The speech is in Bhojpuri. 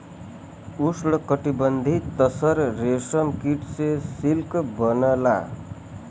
उष्णकटिबंधीय तसर रेशम कीट से सिल्क बनला